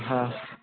হ্যাঁ